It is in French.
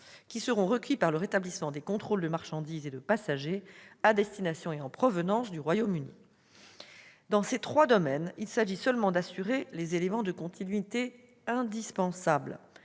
qui seront requis par le rétablissement des contrôles de marchandises et de passagers à destination et en provenance du Royaume-Uni. Dans ces trois domaines, il s'agit seulement d'assurer les éléments de continuité indispensables,